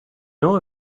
know